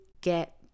get